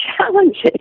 challenging